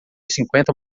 cinquenta